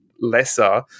lesser